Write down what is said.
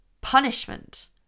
punishment